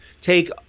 take